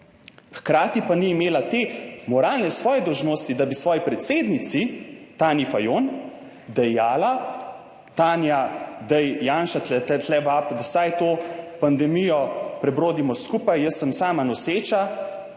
hkrati pa ni imela te moralne, svoje dolžnosti, da bi svoji predsednici Tanji Fajon dejala, Tanja, daj, Janša te tukaj vabi, da vsaj to pandemijo prebrodimo skupaj. Jaz sem sama noseča,